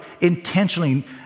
intentionally